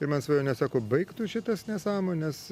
ir man svajonė sako baik tu čia tas nesąmones